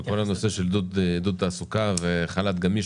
כל הנושא של עידוד תעסוקה וחל"ת גמיש,